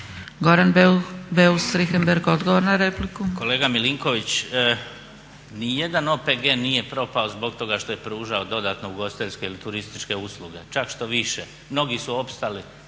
**Beus Richembergh, Goran (HNS)** Kolega MIlinković, nijedan OPG nije propao zbog toga što je pružao dodatne ugostiteljske ili turističke usluge, čak štoviše mnogi su opstali